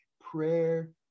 prayer